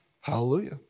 Hallelujah